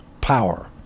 power